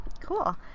Cool